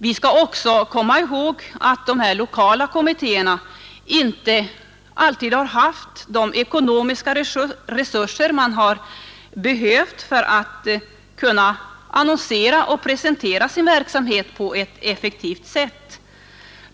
Vi skall också komma ihåg att de lokala kommittéerna inte alltid har haft de ekonomiska resurser de behövt för att kunna annonsera och presentera sin verksamhet på ett effektivt sätt.